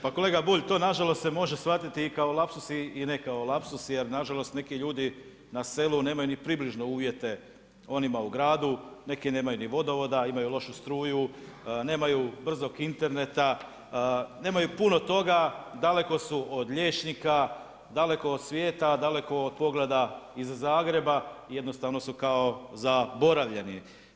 Pa kolega Bulj to nažalost se može shvatiti i kao lapsus i ne kao lapsus jer nažalost neki ljudi na selu nemaju ni približno uvjete onima u gradu, neki nemaju ni vodovoda, imaju lošu struju, nemaju brzog interneta, nemaju puno toga, daleko su od liječnika, daleko od svijeta, daleko od pogleda iz Zagreba i jednostavno su kao zaboravljeni.